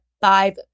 five